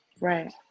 Right